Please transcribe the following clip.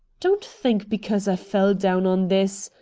don't think because i fell down on this,